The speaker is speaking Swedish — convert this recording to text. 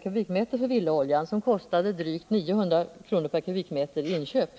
för villaoljan som vid den tidpunkten kostade drygt 900 kr./m3 i inköp.